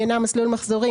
שעניינה מסלול מחזורים,